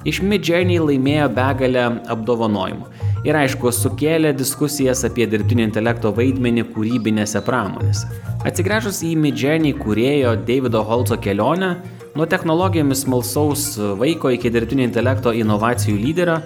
iš midjourney laimėjo begalę apdovanojimų ir aišku sukėlė diskusijas apie dirbtinio intelekto vaidmenį kūrybinėse pramonėse atsigręžus į midjourney kūrėjo deivido holtso kelionę nuo technologijomis smalsaus vaiko iki dirbtinio intelekto inovacijų lyderio